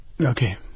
Okay